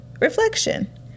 Reflection